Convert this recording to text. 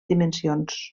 dimensions